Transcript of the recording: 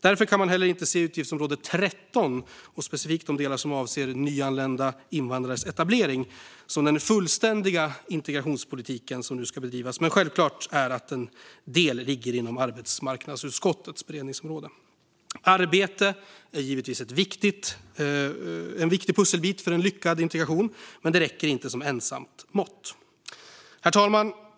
Därför kan man heller inte se utgiftsområde 13, och specifikt de delar som avser nyanlända invandrares etablering, som den fullständiga integrationspolitik som nu ska bedrivas, men självklart är att en del ligger inom arbetsmarknadsutskottets beredningsområde. Arbete är givetvis en viktig pusselbit för en lyckad integration, men det räcker inte som ensamt mått. Herr talman!